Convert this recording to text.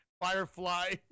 firefly